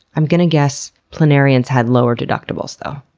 i'm gonna guess planarians had lower deductibles though.